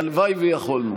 הלוואי ויכולנו.